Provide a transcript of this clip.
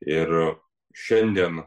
ir šiandien